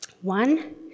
One